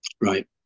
Right